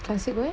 classic where